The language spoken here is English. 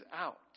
out